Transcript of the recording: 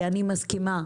אני מסכימה,